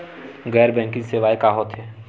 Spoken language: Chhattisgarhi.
गैर बैंकिंग सेवाएं का होथे?